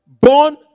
born